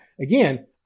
again